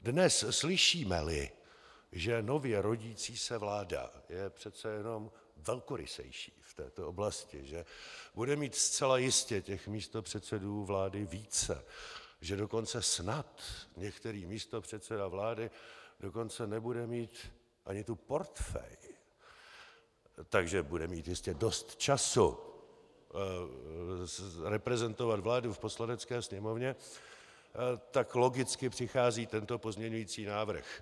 Dnes, slyšímeli, že nově se rodící vláda je přece jenom velkorysejší v této oblasti, bude mít zcela jistě těch místopředsedů vlády více, že dokonce snad některý místopředseda vlády nebude mít ani portfej, takže bude mít jistě dost času reprezentovat vládu v Poslanecké sněmovně, tak logicky přichází tento pozměňující návrh.